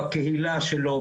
בקהילה שלו,